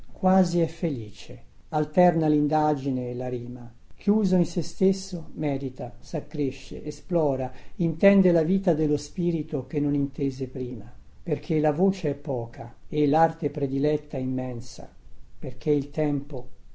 quasi è felice alterna lindagine e la rima chiuso in sè stesso medita saccresce esplora intende la vita dello spirito che non intese prima perchè la voce è poca e larte prediletta immensa perchè il tempo